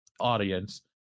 audience